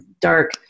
dark